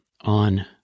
on